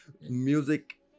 Music